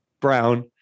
Brown